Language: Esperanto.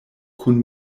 kun